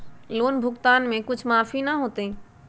Loan भुगतान में कुछ माफी न होतई?